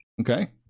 okay